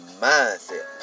mindset